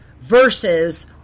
versus